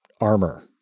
armor